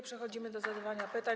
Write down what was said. Przechodzimy do zadawania pytań.